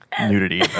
nudity